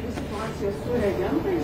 situacija su reagentais